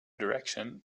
direction